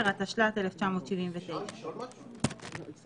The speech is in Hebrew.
צריך לפעול כמו כל